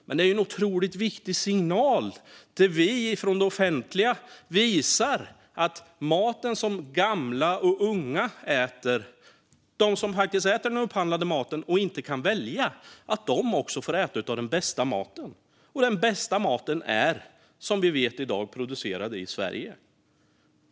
Men det är en otroligt viktig signal att vi från det offentliga visar att gamla och unga - de som faktiskt äter den upphandlade maten och inte kan välja - får äta av den bästa maten, och den bästa maten är, som vi vet, producerad i Sverige.